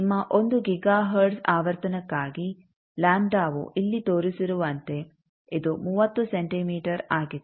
ನಿಮ್ಮ 1 gigahertz ಆವರ್ತನಕ್ಕಾಗಿ ಲಾಂಬ್ಡಾವು ಇಲ್ಲಿ ತೋರಿಸಿರುವಂತೆ ಇದು 30 ಸೆಂಟಿಮೀಟರ್ಆಗಿದೆ